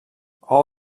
all